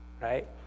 right